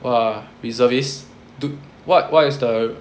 !wah! reservists do what what is the